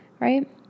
Right